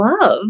love